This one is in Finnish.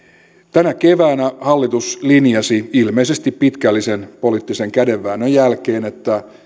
tänä keväänä hallitus linjasi ilmeisesti pitkällisen poliittisen kädenväännön jälkeen että